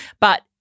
But-